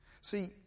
See